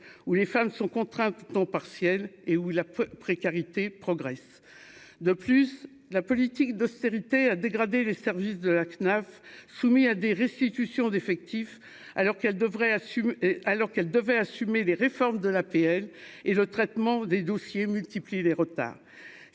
où les femmes sont contraintes de temps partiel et où la précarité progresse de plus la politique d'austérité à dégrader les services de la CNAF, soumis à des restitutions d'effectifs alors qu'elle devrait assumer alors qu'elle devait assumer les réformes de l'APL et le traitement des dossiers multiplie les retards